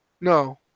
No